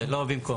זה לא במקום.